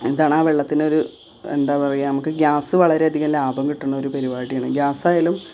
എന്താണ് ആ വെള്ളത്തിനൊരു എന്താപറയുക നമുക്ക് ഗ്യാസ്സ് വളരെയധികം ലാഭം കിട്ടുന്നൊരു പരിപാടിയാണ് ഗ്യാസ് ആയാലും